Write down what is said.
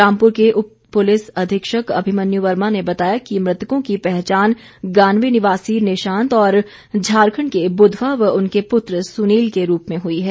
रामपुर के उप पुलीस अधीक्षक अभिमन्यु वर्मा ने बताया है कि मृतकों की पहचान गानवी निवासी निशांत और झारखंड के बुधवा व उनके पुत्र सुनील के रूप में हुई है